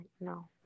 No